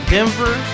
Denver